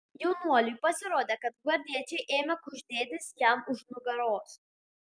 jaunuoliui pasirodė kad gvardiečiai ėmė kuždėtis jam už nugaros